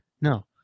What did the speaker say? No